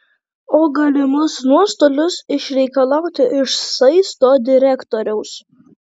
o galimus nuostolius išreikalauti iš saisto direktoriaus